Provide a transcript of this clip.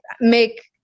make